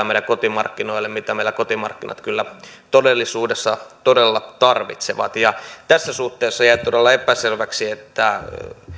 meidän kotimarkkinoillemme mitä meillä kotimarkkinat kyllä todellisuudessa todella tarvitsevat tässä suhteessa jää todella epäselväksi